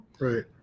Right